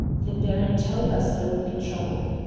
the baron tell't us there would be trouble,